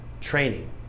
training